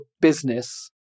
business